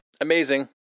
amazing